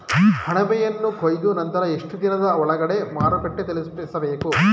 ಅಣಬೆಯನ್ನು ಕೊಯ್ದ ನಂತರ ಎಷ್ಟುದಿನದ ಒಳಗಡೆ ಮಾರುಕಟ್ಟೆ ತಲುಪಿಸಬೇಕು?